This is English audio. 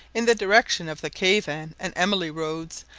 in the direction of the cavan and emily roads,